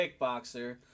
kickboxer